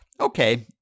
Okay